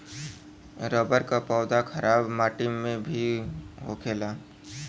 rubber क पौधा खराब माटी में भी होखेला